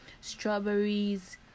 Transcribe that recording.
strawberries